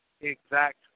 exact